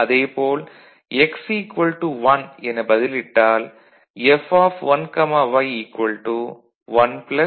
அதே போல் x 1 எனப் பதிலிட்டால் F1y 1 1'